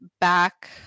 back